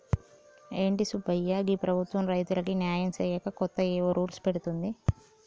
ఏంటి సుబ్బయ్య గీ ప్రభుత్వం రైతులకు న్యాయం సేయక కొత్తగా ఏవో రూల్స్ పెడుతోంది